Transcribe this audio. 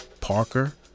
parker